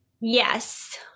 Yes